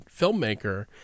filmmaker